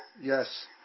Yes